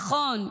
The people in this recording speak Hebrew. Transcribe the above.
נכון,